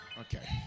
Okay